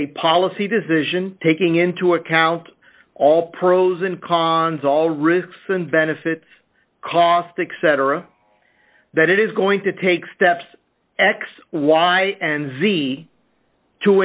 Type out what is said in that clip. a policy decision taking into account all pros and cons all risks and benefits caustic cetera that it is going to take steps x y and z to